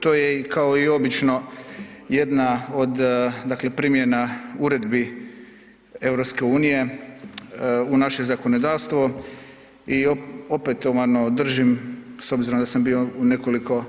To je i kao i obično jedna od, dakle primjena uredbi EU u naše zakonodavstvo i opetovano držim s obzirom da sam bio u nekoliko,